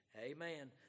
Amen